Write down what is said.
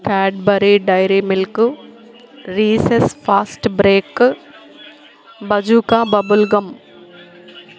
Cadbury dairy milk reese's fast break bazooka bubble gum